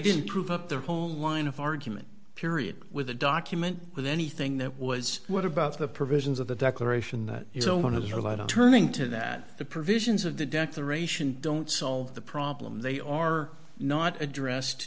didn't prove up their whole line of argument period with a document with anything that was what about the provisions of the declaration that it's own has a lot of turning to that the provisions of the declaration don't solve the problem they are not addressed